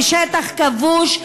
בשטח כבוש,